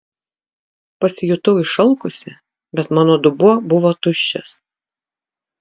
pasijutau išalkusi bet mano dubuo buvo tuščias